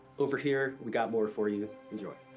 over here, we got more for you. enjoy.